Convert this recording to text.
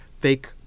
fake